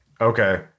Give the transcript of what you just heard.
Okay